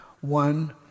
One